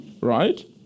Right